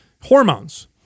hormones